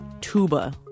Tuba